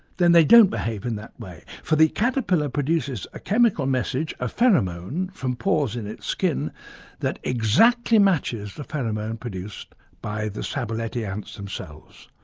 then they don't behave in that way, for the caterpillar produces a chemical message, a pheromone, from pores in its skin that exactly matches the pheromone produced by the sabuleti ants themselves.